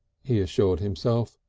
he assured himself,